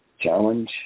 Challenge